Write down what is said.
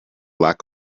lack